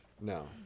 No